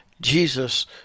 Jesus